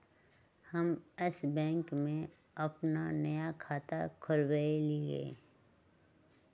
हम Yes bank में अप्पन नया खाता खोलबईलि ह